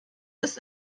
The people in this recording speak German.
ist